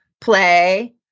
play